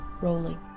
rolling